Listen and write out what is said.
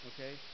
Okay